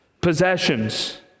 Possessions